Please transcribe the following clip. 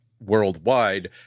worldwide